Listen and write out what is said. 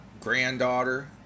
granddaughter